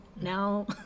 now